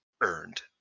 earned